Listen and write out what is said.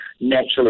naturally